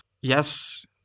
Yes